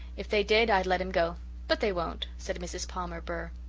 if they did i'd let him go but they won't, said mrs. palmer burr.